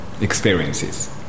experiences